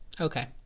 Okay